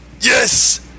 Yes